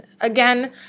again